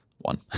one